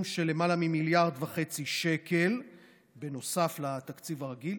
של למעלה מ-1.5 מיליארד שקל נוסף לתקציב הרגיל,